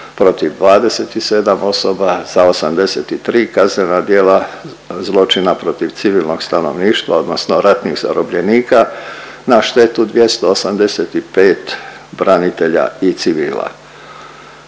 protiv 27 osoba za 83 kaznena djela zločina protiv civilnog stanovništva odnosno ratnih zarobljenika na štetu 285 branitelja i civila.